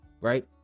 right